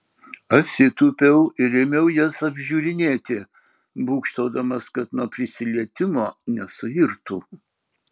atsitūpiau ir ėmiau jas apžiūrinėti būgštaudamas kad nuo prisilietimo nesuirtų